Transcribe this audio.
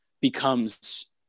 becomes